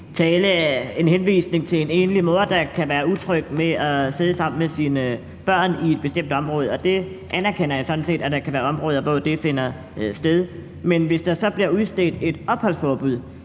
tale til en enlig mor, der kan være utryg ved at sidde sammen med sine børn i et bestemt område, og det anerkender jeg sådan set, altså at der kan være områder, hvor det finder sted, men hvis der så bliver udstedt et opholdsforbud,